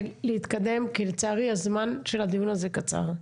להתקדם כי לצערי הזמן של הדיון הזה קצר.